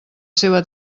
seva